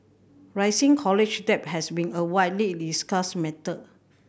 rising college debt has been a widely discussed matter